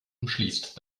umschließt